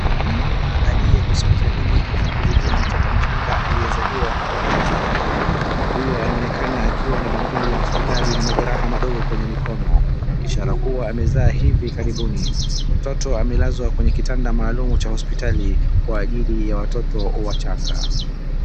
Mama aliye hospitalini anamhudumia mtoto mchanga aliyezaliwa hivi karibuni. Mama huyo anaonekana akiwa na bangili ya hospitali na majeraha madogo kwenye mikono ishara kuwa amezaa hivi karibuni. Mtoto amelazwa kwenye kitanda maalum cha hospitali kwa ajili ya watoto wachanga.